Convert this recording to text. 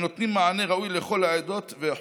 הנותנים מענה ראוי לכל העדות והחוגים.